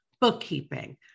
bookkeeping